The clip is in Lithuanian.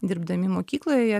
dirbdami mokykloje jie